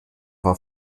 war